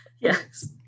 Yes